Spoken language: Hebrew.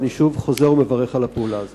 ואני חוזר ומברך שוב על הפעולה הזאת.